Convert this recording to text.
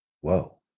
Whoa